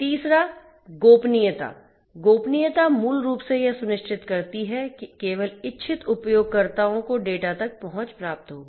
तीसरा गोपनीयता है गोपनीयता मूल रूप से यह सुनिश्चित करती है कि केवल इच्छित उपयोगकर्ताओं को डेटा तक पहुंच प्राप्त होगी